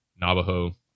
Navajo